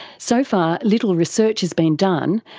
so far little research has been done,